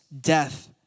death